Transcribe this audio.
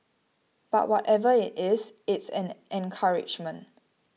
but whatever it is it's an encouragement